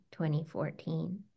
2014